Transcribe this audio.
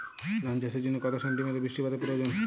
ধান চাষের জন্য কত সেন্টিমিটার বৃষ্টিপাতের প্রয়োজন?